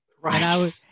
Right